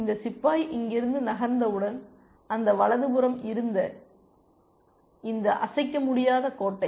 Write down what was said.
இந்த சிப்பாய் இங்கிருந்து நகர்ந்தவுடன் அந்த வலதுபுறம் இருந்த இந்த அசைக்க முடியாத கோட்டை